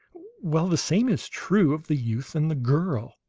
while the same is true of the youth and the girl.